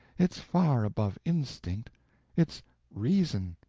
it's far above instinct it's reason,